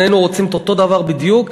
שנינו רוצים את אותו הדבר בדיוק,